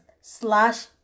slash